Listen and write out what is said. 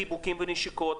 חיבוקים ונשיקות.